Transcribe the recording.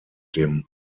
dem